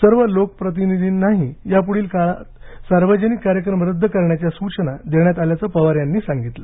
सर्व लोकप्रतिनिधींनाही यापूढील काळात सार्वजनिक कार्यक्रम रद्द करण्याच्या सूचना देण्यात आल्याचं पवार यांनी सांगितली